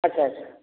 ଆଛା ଆଛା